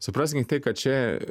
supraskim tai kad čia